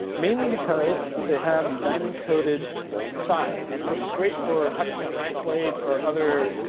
mainly because they have the diamond-coated side, which is great for touching up knife blades or other